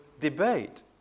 debate